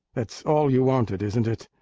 that's all you wanted, isn't it?